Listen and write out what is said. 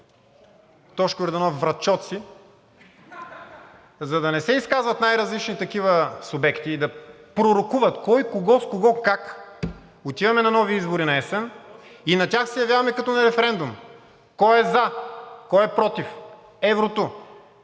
Тошко Йорданов, „врачоци“, за да не се изказват най-различни такива субекти и да пророкуват кой кого, с кого, как, то отиваме на нови избори наесен и на тях се явяваме като на референдум – кой е за и кой е против еврото,